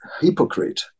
hypocrite